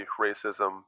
racism